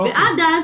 עד אז